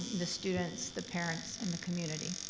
the students, the parents, and the community.